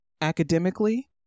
academically